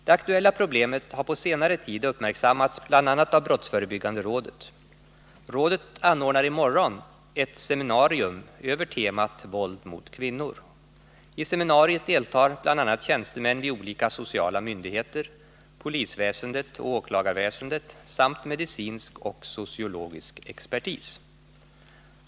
Det aktuella problemet har på senare tid uppmärksammats, bl.a. av brottsförebyggande rådet. Rådet anordnar i morgon ett seminarium över temat våld mot kvinnor. I seminariet deltar bl.a. tjänstemän vid olika sociala myndigheter, polisväsendet och åklagarväsendet samt medicinsk och sociologisk expertis.